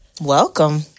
Welcome